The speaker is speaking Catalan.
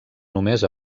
només